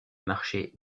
marcher